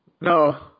No